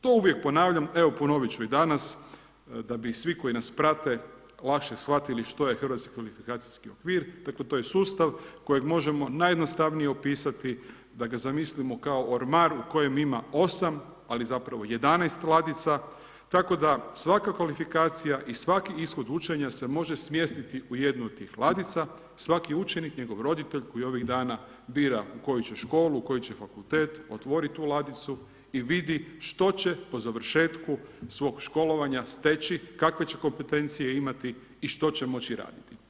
To uvijek ponavljam, evo ponovit ću i danas, da bi svi koji nas prate lakše shvatili što je HKO, dakle to je sustav kojeg možemo najjednostavnije opisati da ga zamislimo kao ormar u kojem ima 8 ali zapravo 11 ladica tako da svaka kvalifikacija i svaki ishod učenja se može smjestiti u jednu od tih ladica, svaki učenik, njegov roditelj koji ovih dan bira koju će školu, koji će fakultet, otvori tu ladicu i vidi što će po završetku svog školovanja steći, kakve će kompetencije imati i što će moći raditi.